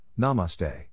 namaste